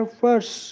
first